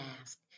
ask